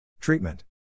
Treatment